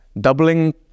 doubling